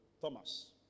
Thomas